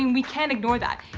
and we can't ignore that.